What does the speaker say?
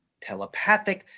telepathic